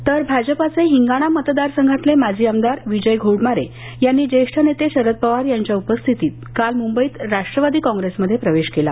तर भाजपाचे हिंगणा मतदारसंघातले माजी आमदार विजय घोडमारे यांनी ज्येष्ठ नेते शरद पवार यांच्या उपस्थितीत मुंबईत राष्ट्रवादी कॉग्रेसमध्ये प्रवेश केला